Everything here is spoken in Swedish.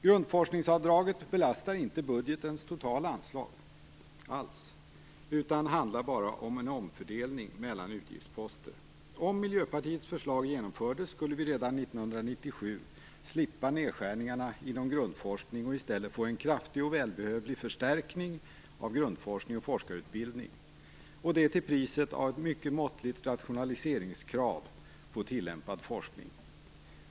Grundforskningsavdraget belastar inte budgetens totala anslag alls utan handlar bara om en omfördelning mellan utgiftsposter. Om Miljöpartiets förslag genomfördes skulle vi redan från 1997 slippa nedskärningarna inom grundforskning och i stället få en kraftig och välbehövlig förstärkning av grundforskning och forskarutbildning, och detta till priset av ett mycket måttligt rationaliseringskrav på tillämpad forskning.